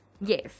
Yes